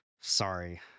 sorry